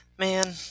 Man